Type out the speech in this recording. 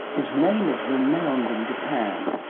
his name is renowned in japan,